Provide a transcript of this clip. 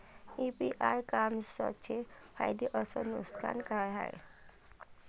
इ कामर्सचे फायदे अस नुकसान का हाये